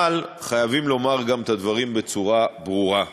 אבל חייבים לומר גם את הדברים בצורה ברורה: